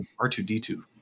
R2-D2